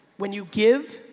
when you give,